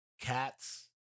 cats